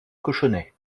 cochonnet